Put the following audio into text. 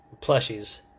plushies